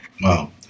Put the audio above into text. Wow